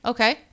Okay